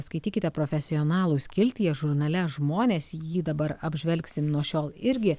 skaitykite profesionalų skiltyje žurnale žmonės jį dabar apžvelgsim nuo šiol irgi